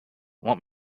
want